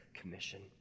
Commission